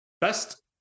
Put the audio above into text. best